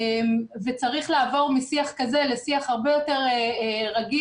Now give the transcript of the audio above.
צריך לעבור משיח כזה לשיח הרבה יותר רגיש,